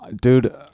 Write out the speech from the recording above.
Dude